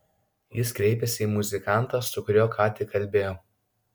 jis kreipėsi į muzikantą su kuriuo ką tik kalbėjo